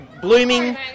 blooming